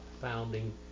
founding